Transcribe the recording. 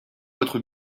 votre